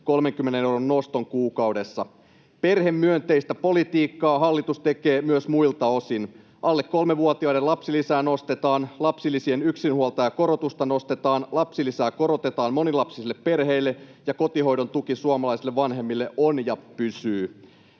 30 euron noston kuukaudessa. Perhemyönteistä politiikkaa hallitus tekee myös muilta osin: alle kolmevuotiaiden lapsilisää nostetaan, lapsilisien yksinhuoltajakorotusta nostetaan, lapsilisää korotetaan monilapsisille perheille ja kotihoidon tuki suomalaisille vanhemmille on ja pysyy.